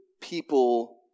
people